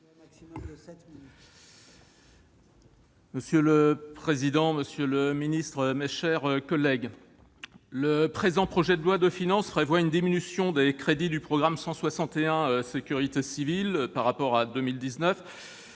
Monsieur le président, monsieur le ministre, mes chers collègues, le présent projet de loi de finances prévoit une diminution des crédits du programme 161, « Sécurité civile », par rapport à 2019,